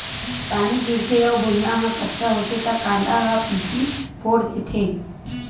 पानी गिरथे अउ भुँइया ह कच्चा होथे त कांदा ह पीकी फोर देथे